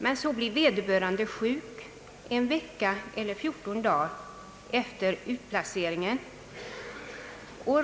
Men så blir vederbörande sjuk en vecka eller 14 dagar efter utplaceringen.